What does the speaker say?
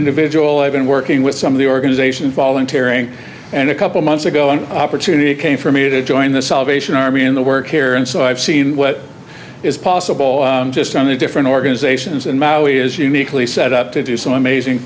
individual i've been working with some of the organisation volunteering and a couple months ago an opportunity came for me to join the salvation army in the work here and so i've seen what is possible just on the different organizations and now he is uniquely set up to do some amazing